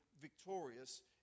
victorious